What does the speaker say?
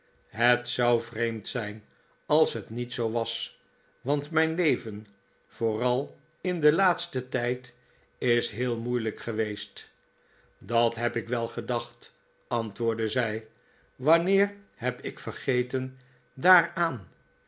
het zou vreemd zijn als het niet zoo was want mijn leven vooral in den laatsten tijd is heel moeilijk geweest dat heb ik wel gedacht antwoordde zij wanneer heb ik vergeten daaraan